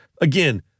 again